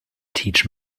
teach